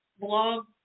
blog